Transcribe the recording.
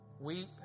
weep